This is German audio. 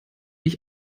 ich